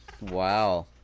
Wow